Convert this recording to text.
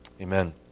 Amen